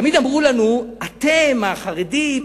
תמיד אמרו לנו: אתם, החרדים,